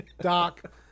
doc